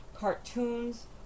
Cartoons